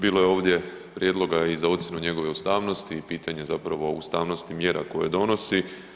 Bilo je ovdje prijedloga i za ocjenu njegove ustavnosti i pitanje zapravo ustavnosti mjera koje donosi.